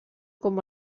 com